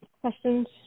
questions